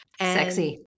Sexy